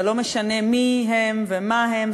זה לא משנה מי הם ומה הם,